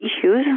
issues